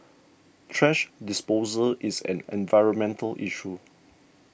thrash disposal is an environmental issue